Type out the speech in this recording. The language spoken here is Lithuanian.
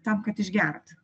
tam kad išgert